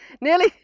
nearly